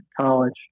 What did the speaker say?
college